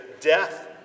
death